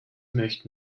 möchte